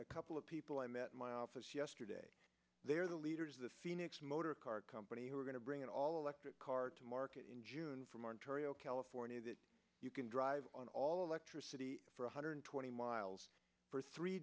a couple of people i met my office yesterday they're the leaders of the phoenix motor car company who are going to bring it all electric car to market in june from ontario california that you can drive on all of electricity for one hundred twenty miles for three